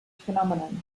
phenomenon